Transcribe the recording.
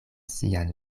sian